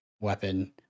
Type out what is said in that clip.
weapon